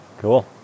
Cool